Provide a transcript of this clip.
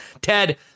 Ted